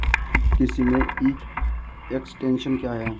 कृषि में e extension क्या है?